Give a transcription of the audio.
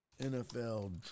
NFL